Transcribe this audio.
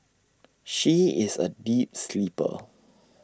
she is A deep sleeper